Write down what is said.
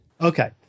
Okay